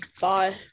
bye